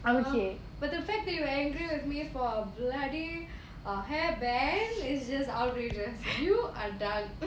but the fact that you angry with me for a bloody err hair band is just outrageous you are done